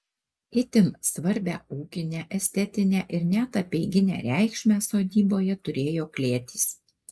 itin svarbią ūkinę estetinę ir net apeiginę reikšmę sodyboje turėjo klėtys